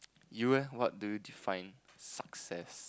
you eh what do you define success